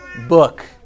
book